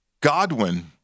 Godwin